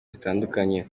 zitandukanye